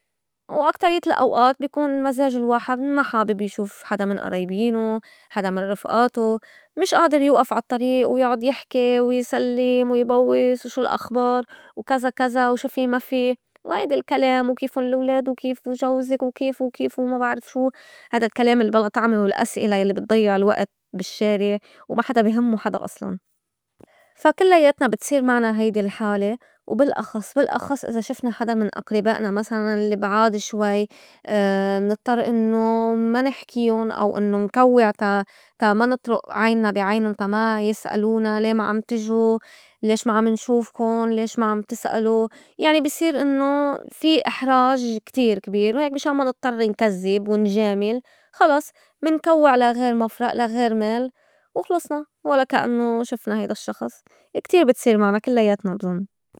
وأكتريّة الأوئات بيكون مزاج الواحد ما حابب يشوف حدا من أريابينو، حدا من رفئاتو، مش آدر يوئف عالطّريئ ويُعُّد يحكي، ويسلّم، ويبوّس، وشو الأخبار؟ وكزا- كزا وشو في ما في؟ وهيدي الكلام وكيفُن لولاد؟ وكيفو جوزك؟ وكيف؟ وكيف؟ وما بعرف شو هيدا الكلام البلا طعمة والأسئلة يلّي بتضيّع الوئت بالشّارع وما حدا بيهمّو حدا أصلاً. فا كلّياتنا بتصير معنا هيدي الحالة وبالأخص- بالأخص إذا شفنا حدا من أقربائنا مسلاً البعاد شوي منضطّر إنّو ما نحكيُن أو إنّو نكوّع تا- تا ما نطرُئ عينّا بي عينون تا ما يسألونا لي ما عم تجو؟ ليش ما عم نشوفكُن؟ ليش ما عم تسألو؟ يعني بصير إنّو في إحراج كتير كبير وهيك مشان ما نضطر نكزّب ونجامل خلص منكوّع لا غير مفرئ لا غير مال وخلصنا ولا كأنّو شفنا هيدا الشّخص كتير بتصير معنا كلّياتنا بظُن.